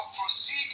proceed